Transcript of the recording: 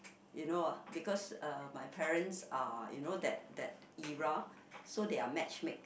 you know ah because uh my parents are you know that that era so they are matchmake